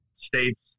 states